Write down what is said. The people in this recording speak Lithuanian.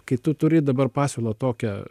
kai tu turi dabar pasiūlą tokią